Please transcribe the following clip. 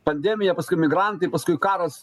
pandemija paskui migrantai paskui karas